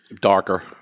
Darker